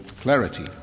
clarity